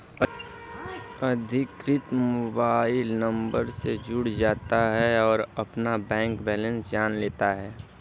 अधिकृत mobile number से जुड़ जाता है और अपना बैंक बेलेंस जान लेता है